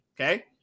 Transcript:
Okay